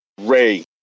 Ray